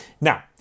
Now